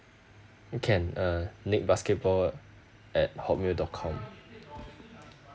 can uh nick basketball at hotmail dot com